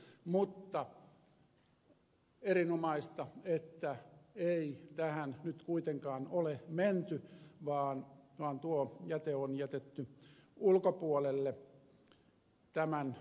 mutta erinomaista että ei tähän nyt kuitenkaan ole menty vaan tuo jäte on jätetty ulkopuolelle tämän verotuksen